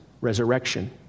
resurrection